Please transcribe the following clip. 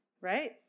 right